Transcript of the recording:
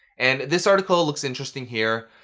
and this article looks interesting here.